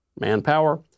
manpower